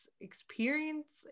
experience